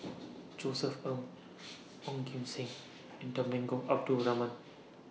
Josef Ng Ong Kim Seng and Temenggong Abdul Rahman